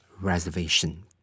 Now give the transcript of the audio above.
reservation